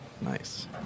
Nice